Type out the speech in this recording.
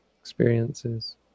experiences